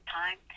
time